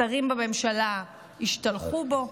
שרים בממשלה השתלחו בו.